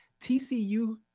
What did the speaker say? TCU